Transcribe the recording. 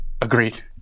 agreed